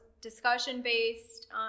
discussion-based